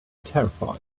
terrified